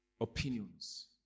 opinions